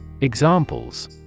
Examples